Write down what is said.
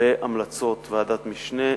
בהמלצות ועדת משנה,